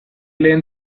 lehen